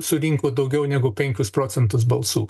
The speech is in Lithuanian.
surinko daugiau negu penkius procentus balsų